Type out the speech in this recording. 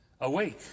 Awake